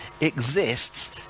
exists